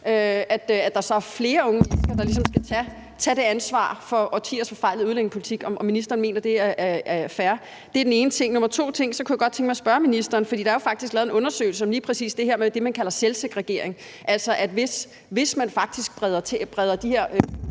så er der flere unge mennesker, der ligesom skal tage det ansvar for årtiers forfejlede udlændingepolitik, altså om ministeren mener, det er fair. Det er den ene ting. Den anden ting er, at der er faktisk lavet en undersøgelse om lige præcis det her med det, man kalder selvsegregering, som viser, at hvis man faktisk breder de her